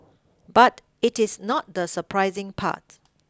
but it is not the surprising part